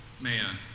man